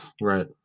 Right